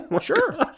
Sure